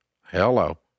Hello